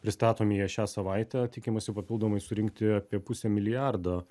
pristatomi jie šią savaitę tikimasi papildomai surinkti apie pusę milijardo